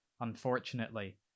Unfortunately